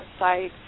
website